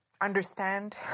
understand